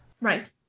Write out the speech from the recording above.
Right